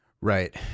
Right